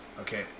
okay